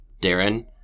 Darren